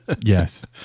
Yes